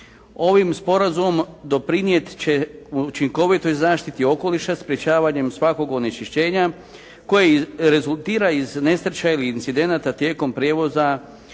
Ovim sporazumom doprinijet će učinkovito zaštiti okoliša, sprečavanjem svakog onečišćenja koji rezultira iz nesreće ili incidenata tijekom prijevoza unutarnjim plovnim